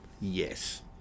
Yes